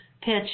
pitch